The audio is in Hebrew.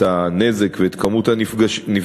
את הנזק ואת כמות הנפגעים,